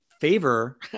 favor